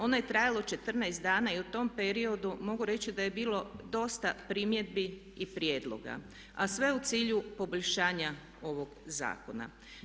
Ono je trajalo 14 dana i u tom periodu mogu reći da je bilo dosta primjedbi i prijedloga a sve u cilju poboljšanja ovog zakona.